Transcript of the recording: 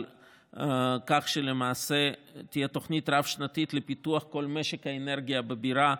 על כך שלמעשה תהיה תוכנית רב-שנתית לפיתוח כל משק האנרגיה בבירה,